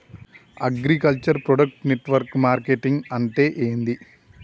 Agriculture product network marketing అంటే ఏంది?